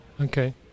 Okay